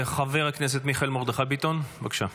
חבר הכנסת מיכאל מרדכי ביטון, בבקשה.